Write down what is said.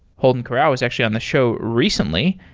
holden karau is actually on the show recently.